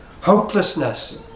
hopelessness